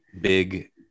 big